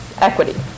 equity